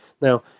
Now